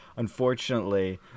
Unfortunately